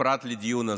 פרט לדיון הזה.